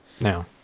now